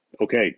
okay